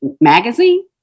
Magazine